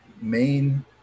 main